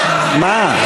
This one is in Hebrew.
מה?